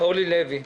אורלי לוי.